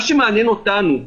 מה שמעניין אותנו,